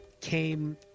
came